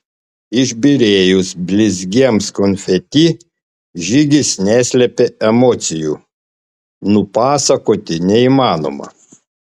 išbyrėjus blizgiems konfeti žygis neslėpė emocijų nupasakoti neįmanoma